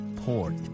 port